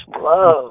love